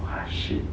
ah shit